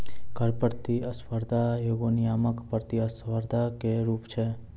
कर प्रतिस्पर्धा एगो नियामक प्रतिस्पर्धा के रूप छै